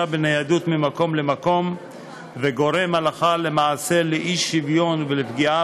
בניידות ממקום למקום וגורם הלכה למעשה לאי-שוויון ולפגיעה